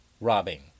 robbing